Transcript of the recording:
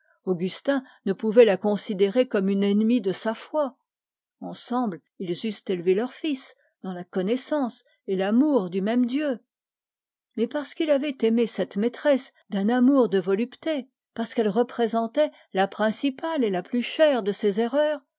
augustin ne pouvait la considérer comme une ennemie de sa foi ensemble ils eussent élevé leur fils dans la connaissance et l'amour du même dieu mais parce qu'il avait aimé cette maîtresse d'un amour de volupté parce qu'elle représentait la principale et la plus chère de ses erreurs